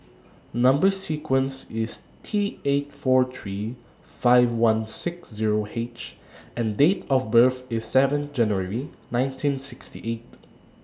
Number sequence IS T eight four three five one six Zero H and Date of birth IS seven January nineteen sixty eight